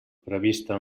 prevista